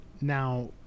Now